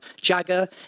Jagger